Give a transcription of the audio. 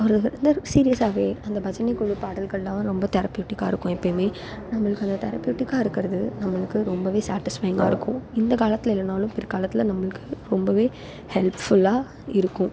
ஒரு வந்து ஒரு சீரியஸாகவே அந்த பஜனைக்குழு பாடல்கள்லாம் ரொம்ப தெரப்பட்டிக்காக இருக்கும் எப்பயுமே நம்மளுக்கு அந்த தெரப்பட்டிகாக இருக்கிறது நம்மளுக்கு ரொம்ப சாட்டிஸ்ஃபையிங்காக இருக்கும் இந்த காலத்தில் இல்லைனாலும் பிற்காலத்தில் நம்மளுக்கு ரொம்ப ஹெல்ப்ஃபுல்லாக இருக்கும்